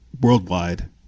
worldwide